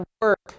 work